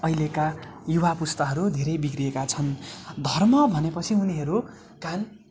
अहिलेका युवा पुस्ताहरू धेरै बिग्रिएका छन् धर्म भनेपछि उनीहरू कान